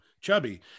chubby